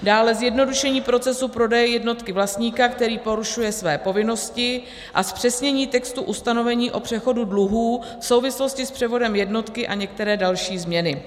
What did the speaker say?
dále zjednodušení procesu prodeje jednotky vlastníka, který porušuje své povinnosti; zpřesnění textu ustanovení o přechodu dluhů v souvislosti s převodem jednotky a některé další změny.